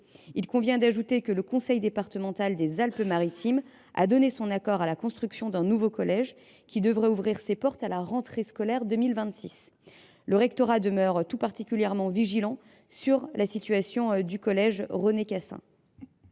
Il convient d’ajouter que le conseil départemental des Alpes-Maritimes a donné son accord à la construction d’un nouveau collège, qui devrait ouvrir ses portes à la rentrée scolaire de 2026. Monsieur le sénateur, je vous assure que le rectorat demeure tout particulièrement vigilant sur la situation du collège René-Cassin